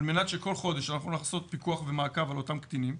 על מנת שכל חודש אנחנו נוכל לעשות פיקוח ומעקב על אותם קטינים.